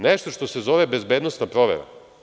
Nešto što se zove bezbednosna provera.